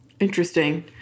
Interesting